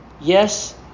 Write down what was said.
yes